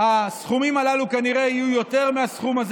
והסכומים הללו כנראה יהיו יותר מהסכום הזה,